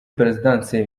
perezidansi